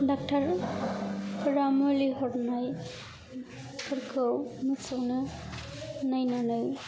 डक्टरफोरा मुलि हरनायफोरखौ मोसौनो नायनानै